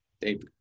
David